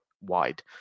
wide